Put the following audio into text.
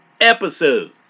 episode